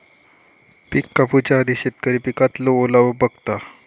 पिक कापूच्या आधी शेतकरी पिकातलो ओलावो बघता